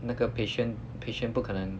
那个 patient patient 不可能